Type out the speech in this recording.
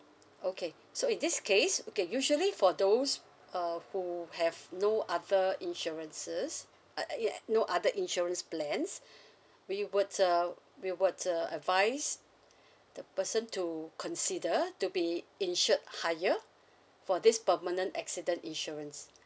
okay so in this case okay usually for those uh who have no other insurances uh no other insurance plans we would uh we would uh advise the person to consider to be insured higher for this permanent accident insurance